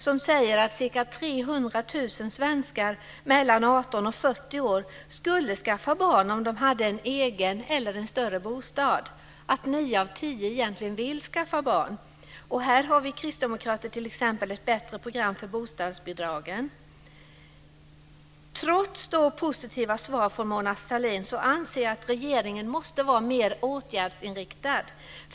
Där sägs att ca 300 000 svenskar mellan 18 och 40 år skulle skaffa barn om de hade en egen eller en större bostad och att 9 av 10 egentligen vill skaffa barn. Här har vi kristdemokrater t.ex. ett bättre program för bostadsbidragen. Trots positiva svar från Mona Sahlin anser jag att regeringen måste vara mer åtgärdsinriktad.